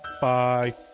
Bye